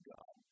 God